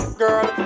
girl